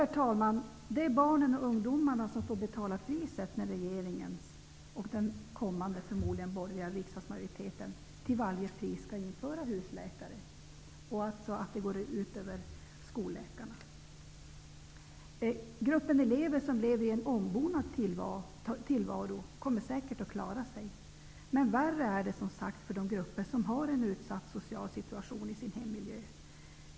Herr talman! Det är barnen och ungdomarna som får betala priset när regeringen och den borgerliga riksdagsmajoriteten till varje pris skall införa husläkare. Det går ut över skolläkarna. Den grupp elever som lever en ombonad tillvaro kommer säkert att klara sig, men det är som sagt värre för de grupper som har en utsatt social situation i sin hemmiljö.